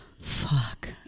Fuck